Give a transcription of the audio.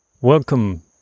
Welcome